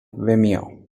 vimeo